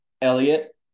Elliot